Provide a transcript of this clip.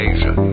Asia